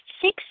six